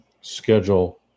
schedule